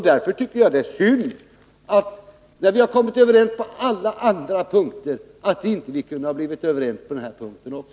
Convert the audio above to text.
Därför tycker jag att det är synd att vi, när vi är ense på alla andra punkter, inte har kunnat bli överens också på denna punkt.